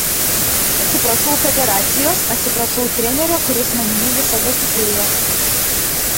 atsiprašau federacijos atsiprašau trenerio kuris manimi visada tikėjo